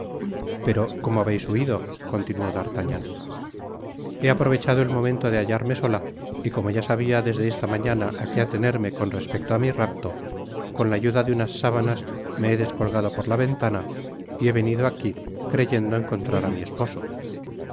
pero cómo habeis huido continuó d'artagnaii he aprovechado el momento de hallarme sola y como ya sabia desde esta mañana á qué atenerme con respecto á mi rapto con la ayuda de unas sábanas me he descolgado por la ventana y he venido aquí creyendo encontrar á mi esposo